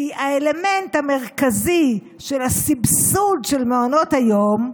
כי האלמנט המרכזי, של הסבסוד של מעונות היום,